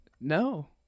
no